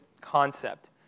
concept